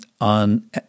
on